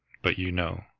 but you know.